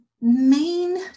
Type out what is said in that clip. main